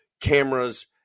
cameras